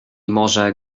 morze